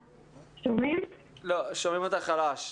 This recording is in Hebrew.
אם יש לך אוזניות ותוכלי לחבר,